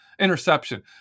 Interception